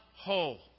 whole